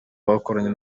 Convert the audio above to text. bakoranye